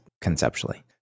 conceptually